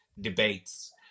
debates